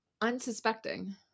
unsuspecting